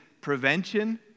prevention